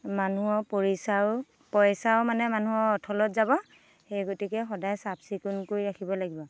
মানুহৰ পইচাও পইচাও মানে মানুহৰ অথলত যাব সেই গতিকে সদায় চাফ চিকুণকৈ ৰাখিব লাগিব